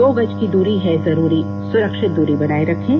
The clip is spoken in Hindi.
दो गज की दूरी है जरूरी सुरक्षित दूरी बनाए रखें